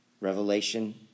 Revelation